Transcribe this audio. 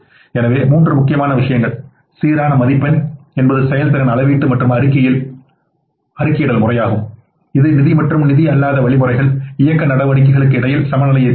எனவே மூன்று முக்கியமான விஷயங்கள் சீரான மதிப்பெண் என்பது செயல்திறன் அளவீட்டு மற்றும் அறிக்கையிடல் முறையாகும் இது நிதி மற்றும் நிதி அல்லாத வழிமுறைகள் இயக்க நடவடிக்கைகளுக்கு இடையில் சமநிலையைத் தாங்கும்